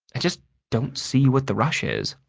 i just don't see what the rush is.